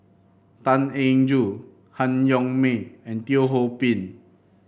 Tan Eng Joo Han Yong May and Teo Ho Pin